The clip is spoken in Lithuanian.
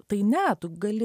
tai ne tu gali